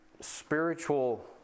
spiritual